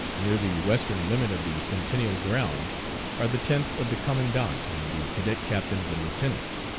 near the western limit of the centennial grounds are the tents of the commandant and the cadet captains and lieutenants.